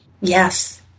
Yes